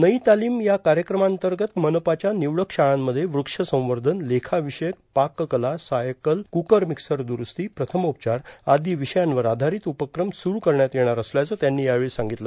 नई तालीम या कार्यक्रमांतर्गत मनपाच्या निवडक शाळांमध्ये वृक्षसंवर्धन लेखाविषयक पाककला सायकल क्रुकर मिक्सर द्रुरुस्ती प्रथमोपचार आदी विषयांवर आधारीत उपक्रम सुरू करण्यात येणार असल्याचं त्यांनी सांगितलं